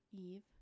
Eve